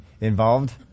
involved